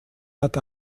hat